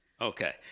Okay